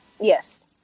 yes